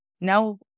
now